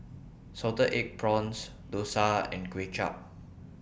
Salted Egg Prawns Dosa and Kuay Chap